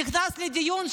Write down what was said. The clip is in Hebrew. נכנס לדיון,